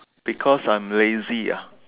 because I'm lazy ah